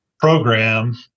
program